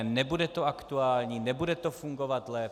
Nebude to aktuální, nebude to fungovat lépe.